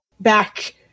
back